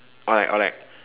or like or like